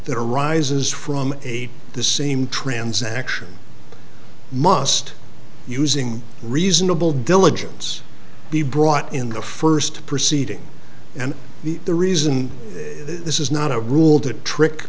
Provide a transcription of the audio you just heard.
that arises from a the same transaction must using reasonable diligence be brought in the first proceeding and the the reason this is not a rule to trick